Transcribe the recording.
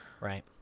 Right